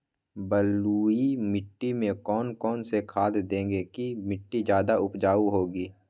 बलुई मिट्टी में कौन कौन से खाद देगें की मिट्टी ज्यादा उपजाऊ होगी?